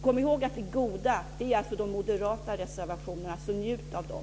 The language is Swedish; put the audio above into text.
Kom ihåg att det goda är de moderata reservationerna, så njut av dem!